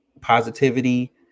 positivity